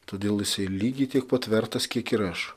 todėl jisai lygiai tiek pat vertas kiek ir aš